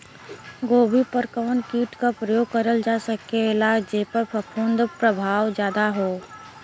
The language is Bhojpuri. गोभी पर कवन कीट क प्रयोग करल जा सकेला जेपर फूंफद प्रभाव ज्यादा हो?